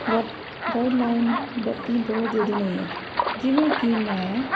ਵਰ ਗਾਈਡਲਾਈਨ ਵਰਤਣੀ ਬਹੁਤ ਜ਼ਰੂਰੀ ਨਹੀਂ ਹੈ ਜਿਵੇਂ ਕਿ ਮੈਂ